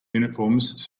uniforms